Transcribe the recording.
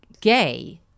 Gay